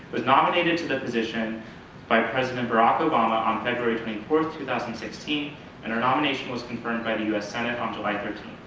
was nominated to the position by president barack obama on february twenty four, two thousand and sixteen and her nomination was confirmed by the us senate on july thirteen.